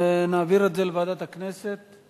נעביר את זה לוועדת הכנסת.